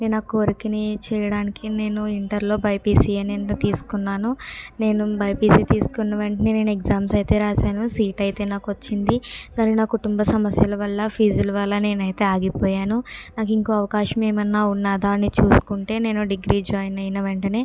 నేను ఆ కోరికను చేరడానికి నేను ఇంటర్లో బైపీసీ అని తీసుకున్నాను నేను బైపిసి తీసుకున్న వెంటనే నేను ఎగ్జామ్స్ అయితే రాసాను సీట్ అయితే నాకు వచ్చింది కానీ నా కుటుంబ సమస్యల వల్ల ఫీజులు వల్ల నేనైతే ఆగిపోయాను నాకు ఇంకో అవకాశం ఏమన్నా ఉన్నదా అని చూసుకుంటే నేను డిగ్రీ జాయిన్ అయిన వెంటనే